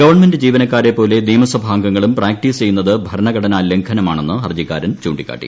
government ജീവനക്കാരെപ്പോലെ നിയമസഭാംഗങ്ങളും practice ചെയ്യുന്നത് ഭരണഘടനാ ലംഘനമാണെന്ന് ഹർജിക്കാരൻ ചൂണ്ടിക്കാട്ടി